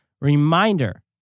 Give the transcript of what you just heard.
Reminder